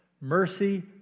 Mercy